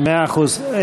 מאה אחוז.